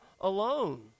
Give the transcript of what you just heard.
alone